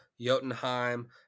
Jotunheim